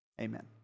Amen